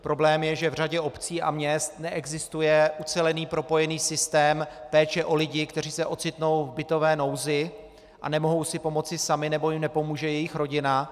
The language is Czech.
Problém je, že v řadě obcí a měst neexistuje ucelený, propojený systém péče o lidi, kteří se ocitnou v bytové nouzi a nemohou si pomoci sami nebo jim nepomůže jejich rodina.